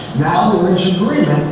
valerie screaming,